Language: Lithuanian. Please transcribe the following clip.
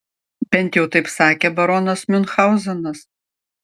bent jau taip sakė baronas miunchauzenas